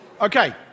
Okay